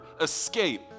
escape